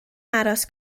aros